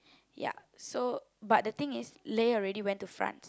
ya so but the thing is Lei already went to France